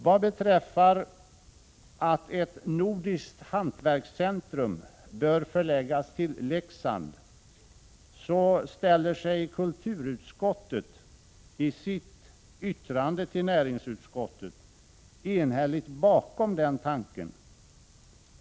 Vad beträffar förläggandet av ett nordiskt hantverkscentrum till Leksand ställer sig kulturutskottet i sitt yttrande till näringsutskottet enhälligt bakom denna tanke.